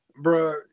bro